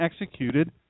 executed